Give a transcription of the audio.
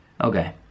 Okay